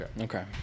Okay